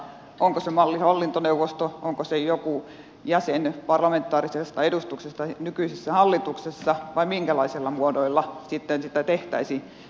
onko se malli hallintoneuvosto onko se joku jäsen parlamentaarisesta edustuksesta nykyisessä hallituksessa vai minkälaisilla muodoilla sitten sitä tehtäisiin